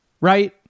Right